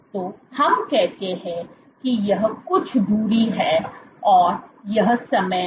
तो हम कहते हैं कि यह कुछ दूरी है और यह समय है